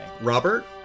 Robert